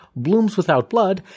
bloomswithoutblood